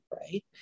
right